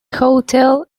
hotel